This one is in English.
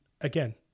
again